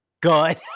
good